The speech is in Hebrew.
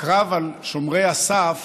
הקרב על שומרי הסף